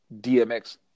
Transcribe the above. DMX